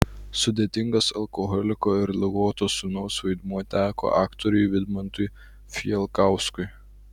sudėtingas alkoholiko ir ligoto sūnaus vaidmuo teko aktoriui vidmantui fijalkauskui